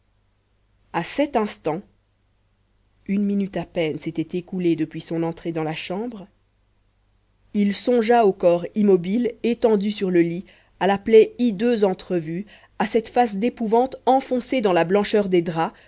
à cet instant une minute à peine s'était écoulée depuis son entrée dans la chambre il songea au corps immobile étendu sur le lit à la plaie hideuse entrevue à cette face d'épouvante enfoncée dans la blancheur des draps